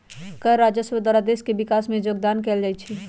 कर राजस्व द्वारा देश के विकास में जोगदान कएल जाइ छइ